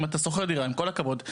עם כל הכבוד,